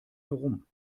herum